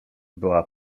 była